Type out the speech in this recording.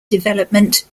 development